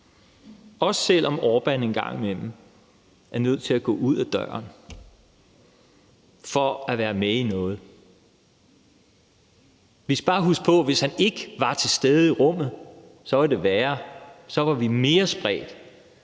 også selv om Orbán en gang imellem er nødt til at gå ud af døren for at være med i noget. Vi skal bare huske på, at hvis han ikke var til stede i rummet, var det værre, så var vi mere spredt